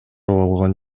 болгон